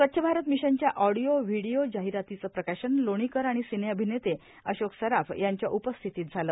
स्वच्छ भारत मिशनच्या ग्रामीण ऑडिओ व्हिडीओ जाहिरातीचे प्रकाशन लोणीकर आणि सिने अभिनेते अशोक सराफ यांच्या उपस्थितीत झालं